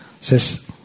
says